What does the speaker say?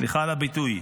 סליחה על הביטוי,